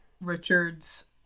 Richard's